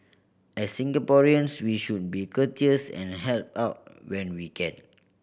as Singaporeans we should be courteous and help out when we can